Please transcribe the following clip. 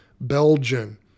Belgian